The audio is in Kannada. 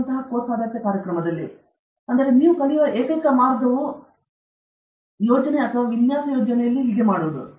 ಟೆಕ್ನಂತಹ ಕೋರ್ಸ್ ಆಧಾರಿತ ಕಾರ್ಯಕ್ರಮದಲ್ಲಿ ಆದ್ದರಿಂದ ನೀವು ಕಲಿಯುವ ಏಕೈಕ ಮಾರ್ಗವು ಯೋಜನೆ ಅಥವಾ ವಿನ್ಯಾಸ ಯೋಜನೆಯಲ್ಲಿ ಹೀಗೆ ಮಾಡುವುದು